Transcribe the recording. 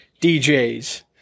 DJs